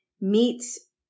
meets